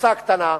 קבוצה קטנה,